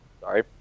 Sorry